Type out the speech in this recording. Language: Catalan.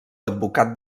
advocat